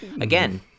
Again